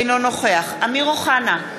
אינו נוכח אמיר אוחנה,